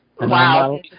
Wow